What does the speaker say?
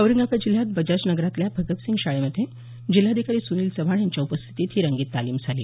औरंगाबाद जिल्ह्यात बजाज नगरातल्या भगतसिंग शाळेमध्ये जिल्हाधिकारी सुनील चव्हाण यांच्या उपस्थितीत ही रंगीत तालीम झाली